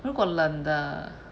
如果冷的